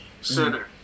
center